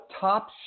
Top